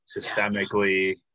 systemically